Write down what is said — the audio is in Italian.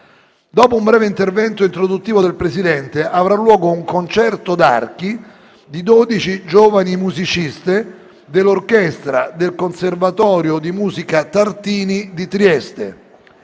Dopo un breve intervento introduttivo del Presidente, avrà luogo un concerto d'archi di dodici giovani musiciste dell'orchestra del Conservatorio di musica «G. Tartini» di Trieste.